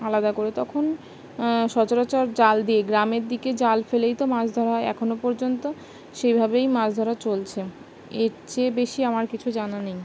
আলাদা করে তখন সচরাচর জাল দিয়ে গ্রামের দিকে জাল ফেলেই তো মাছ ধরা হয় এখনো পর্যন্ত সেইভাবেই মাছ ধরা চলছে এর চেয়ে বেশি আমার কিছু জানা নেই